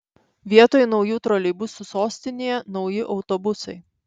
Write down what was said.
vietoj naujų troleibusų sostinėje nauji autobusai